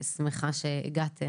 אני באמת שמחה שהגעתם,